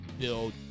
build